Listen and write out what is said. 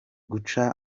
guca